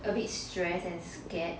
a bit stressed and scared